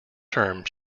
term